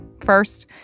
First